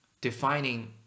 defining